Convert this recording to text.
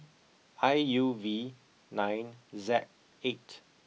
I U V nine Z eight